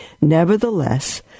Nevertheless